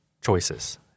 choices